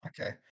okay